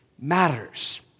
matters